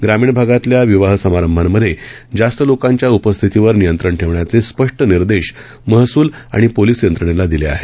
ग्रामीण भागातल्या विवाह समारंभांमध्ये जास्त लोकांच्या उपस्थितीवर नियंत्रण ठेवण्याचे स्पष्ट निर्देश महसूल आणि पोलीस यंत्रणेला दिले आहेत